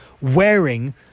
wearing